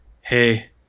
hey